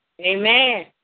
Amen